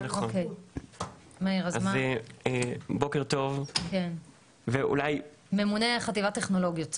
אז בוקר טוב ואולי -- ממונה חטיבת טכנולוגיות,